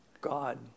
God